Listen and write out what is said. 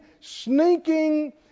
sneaking